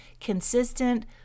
consistent